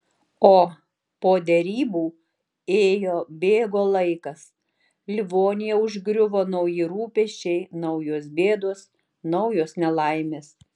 o po derybų ėjo bėgo laikas livoniją užgriuvo nauji rūpesčiai naujos bėdos naujos nelaimės